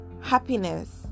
happiness